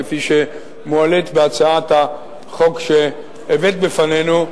כפי שמועלית בהצעת החוק שהבאת בפנינו,